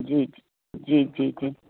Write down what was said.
जी जी जी जी